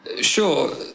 sure